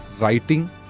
writing